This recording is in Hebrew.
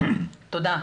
תודה.